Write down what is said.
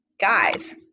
guys